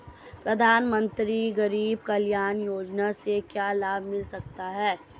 प्रधानमंत्री गरीब कल्याण योजना से क्या लाभ मिल सकता है?